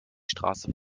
straße